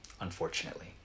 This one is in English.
unfortunately